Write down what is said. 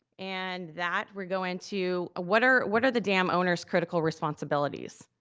and that, we go into what are what are the dam owner's critical responsibilities?